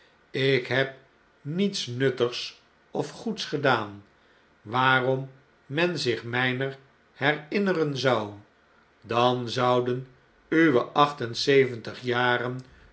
ik heb niets nuttigs of goeds gedaan waarom men zich mijner herinneren zou dan zouden uwe acht en zeventig jaren